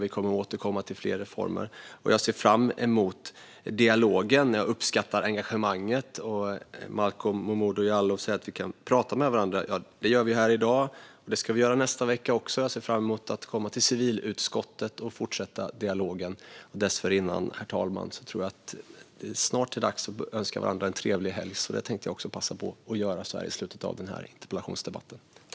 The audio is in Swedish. Vi kommer att återkomma med fler reformer. Jag ser fram emot dialogen. Jag uppskattar engagemanget. Malcolm Momodou Jallow säger att vi kan prata med varandra. Det gör vi här i dag, och det ska vi göra nästa vecka också. Jag ser fram emot att komma till civilutskottet och fortsätta dialogen. Dessförinnan, herr ålderspresident, tror jag att det snart är dags att önska varandra en trevlig helg. Det tänkte jag också passa på att göra så här i slutet av denna interpellationsdebatt.